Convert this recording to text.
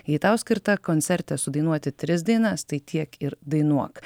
jei tau skirta koncerte sudainuoti tris dainas tai tiek ir dainuok